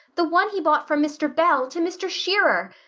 the one he bought from mr. bell. to mr. shearer!